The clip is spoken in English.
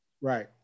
Right